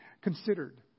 considered